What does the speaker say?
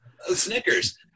Snickers